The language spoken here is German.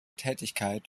tätigkeit